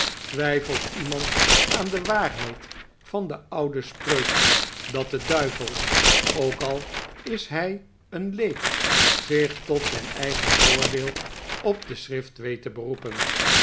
twijfelt iemand aan de waarheid van de oude spreuk dat de duivel ook al is hij een leek zich tot zijn eigen voordeel op de schrift weet te beroepen